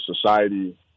society